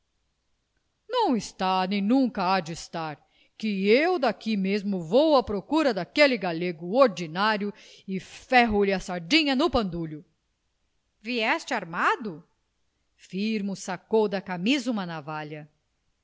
não está nem nunca há de estar que eu daqui mesmo vou à procura daquele galego ordinário e ferro lhe a sardinha no pandulho vieste armado firmo sacou da camisa uma navalha